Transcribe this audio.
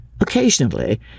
Occasionally